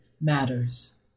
matters